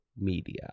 Media